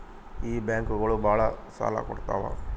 ಈ ಬ್ಯಾಂಕುಗಳು ಭಾಳ ಸಾಲ ಕೊಡ್ತಾವ